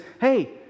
hey